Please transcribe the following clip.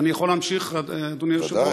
אני יכול להמשיך, אדוני היושב-ראש?